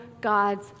God's